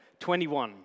21